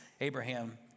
Abraham